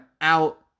out